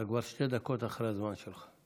אתה כבר שתי דקות אחרי הזמן שלך.